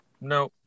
No